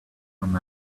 from